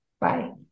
Bye